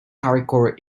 hardcore